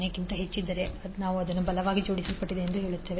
5 ಕ್ಕಿಂತ ಹೆಚ್ಚಿದ್ದರೆ ನಾವು ಅದನ್ನು ಬಲವಾಗಿ ಜೋಡಿಸುತ್ತೇವೆ ಎಂದು ಹೇಳುತ್ತೇವೆ